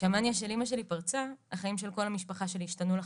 כשהמאניה של אמא שלי פרצה החיים של כל המשפחה שלי השתנו לחלוטין.